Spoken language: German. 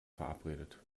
verabredet